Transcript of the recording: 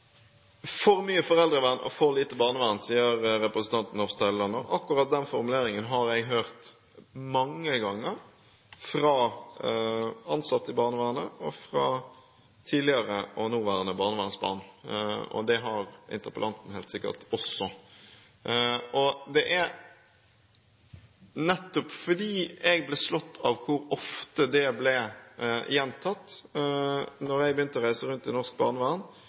For mye foreldrevern og for lite barnevern, sier representanten Hofstad Helleland. Akkurat den formuleringen har jeg hørt mange ganger fra ansatte i barnevernet og fra tidligere og nåværende barnevernsbarn. Det har interpellanten helt sikkert også. Det er nettopp fordi jeg ble slått av hvor ofte det ble gjentatt da jeg begynte å reise rundt i norsk barnevern,